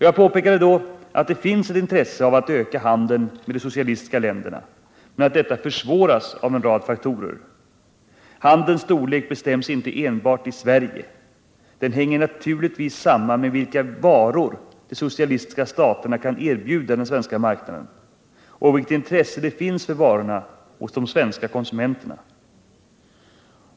Jag påpekade då att det finns ett intresse av att öka handeln med de socialistiska länderna men att detta försvåras av en rad faktorer. Handelns storlek bestäms inte enbart i Sverige. Den hänger naturligtvis samman med vilka varor de socialistiska staterna kan erbjuda den svenska marknaden och vilket intresse det finns för varorna hos de svenska konsumenterna.